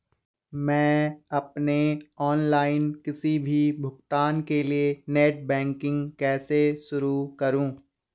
मैं अपने ऑनलाइन किसी भी भुगतान के लिए नेट बैंकिंग कैसे शुरु करूँ?